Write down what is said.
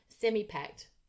semi-packed